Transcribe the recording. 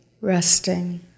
resting